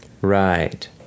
Right